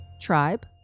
tribe